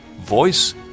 voice